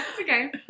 Okay